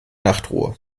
nachtruhe